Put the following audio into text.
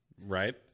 Right